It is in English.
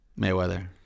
Mayweather